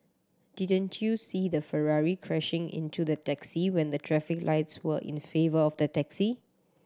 didn't you see the Ferrari crashing into the taxi when the traffic lights were in favour of the taxi